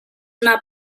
una